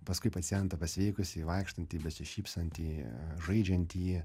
paskui pacientą pasveikusį vaikštantį besišypsantį žaidžiantį